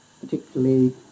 particularly